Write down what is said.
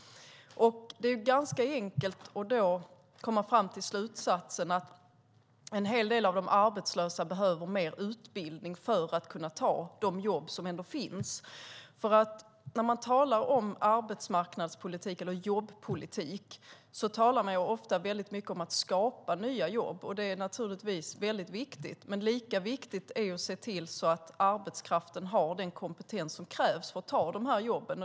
Det är ganska enkelt att komma fram till slutsatsen att en hel del av de arbetslösa behöver mer utbildning för att kunna ta de jobb som finns. När man talar om arbetsmarknadspolitik eller jobbpolitik talar man ofta mycket om att skapa nya jobb. Det är naturligtvis väldigt viktigt, men lika viktigt är att se till att arbetskraften har den kompetens som krävs för att ta de här jobben.